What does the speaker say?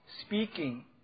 speaking